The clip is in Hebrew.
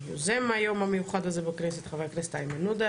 יוזם היום המיוחד הזה בכנסת הוא ח"כ איימן עודה,